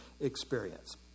experience